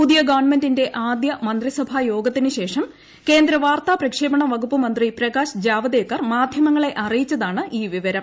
പുതിയ ഗവൺമെന്റിന്റെ ആദ്യ മന്ത്രിസഭാ യോഗത്തിന് ശേഷം കേന്ദ്ര വാർത്താ പ്രക്ഷേപണ വകുപ്പ് മന്ത്രി പ്രകാശ് ജാവ്ദേക്കർ മാധ്യമങ്ങളെ അറിയിച്ചതാണ് ഈ വിവരം